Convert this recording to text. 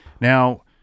Now